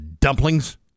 dumplings